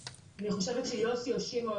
תשמעי,